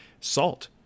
salt